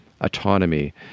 autonomy